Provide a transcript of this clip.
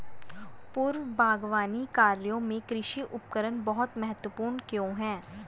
पूर्व बागवानी कार्यों में कृषि उपकरण बहुत महत्वपूर्ण क्यों है?